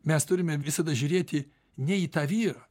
mes turime visada žiūrėti ne į tą vyrą